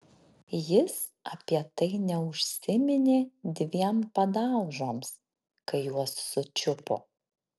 jis apie tai neužsiminė dviem padaužoms kai juos sučiupo